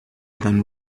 than